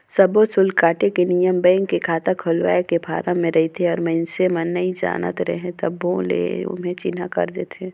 सब्बो सुल्क काटे के नियम बेंक के खाता खोलवाए के फारम मे रहथे और मइसने मन नइ जानत रहें तभो ले ओम्हे चिन्हा कर देथे